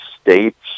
states